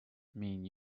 mean